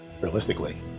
realistically